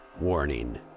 Warning